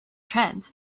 trend